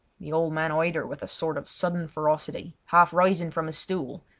the old man eyed her with a sort of sudden ferocity, half rising from his stool,